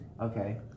Okay